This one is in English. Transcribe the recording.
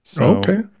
Okay